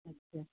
अच्छा